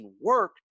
work